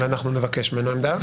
אוקיי, אנחנו נבקש ממנו עמדה.